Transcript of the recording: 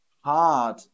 Hard